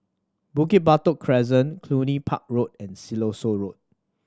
Bukit Batok Crescent Cluny Park Road and Siloso Road